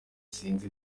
sinzi